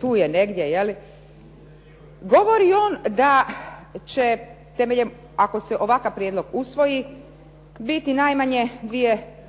tu je negdje, govori on da će temeljem, ako se ovakav prijedlog usvoji biti najmanje 2500 ugovora